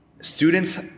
students